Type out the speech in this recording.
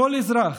כל אזרח,